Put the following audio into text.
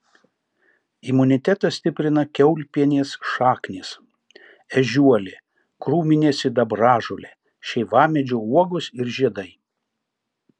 imunitetą stiprina kiaulpienės šaknys ežiuolė krūminė sidabražolė šeivamedžio uogos ir žiedai